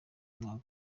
umwaka